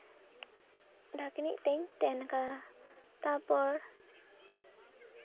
ᱰᱷᱟᱠᱱᱤᱪ ᱛᱮᱧ ᱛᱮᱱ ᱠᱟᱫᱟ ᱛᱟᱨᱯᱚᱨ